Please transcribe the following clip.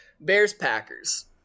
Bears-Packers